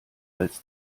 als